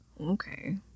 Okay